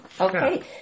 Okay